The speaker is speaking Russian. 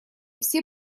все